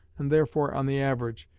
and therefore, on the average,